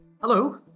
hello